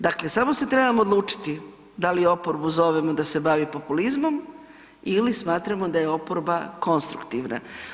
Dakle, samo se trebamo odlučiti da li oporbu zovemo da se bavi populizmom ili smatramo da je oporba konstruktivna.